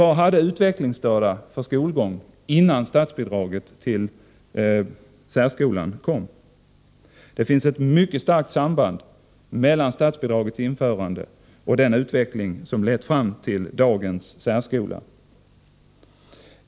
Vad hade utvecklingsstörda för skolgång innan statsbidraget till särskolan kom? Det finns ett mycket starkt samband mellan statsbidragets införande och den utveckling som lett fram till dagens särskola.